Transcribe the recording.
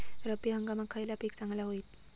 रब्बी हंगामाक खयला पीक चांगला होईत?